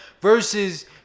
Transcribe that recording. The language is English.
Versus